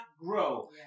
grow